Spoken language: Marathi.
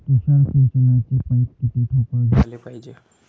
तुषार सिंचनाचे पाइप किती ठोकळ घ्याले पायजे?